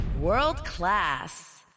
World-class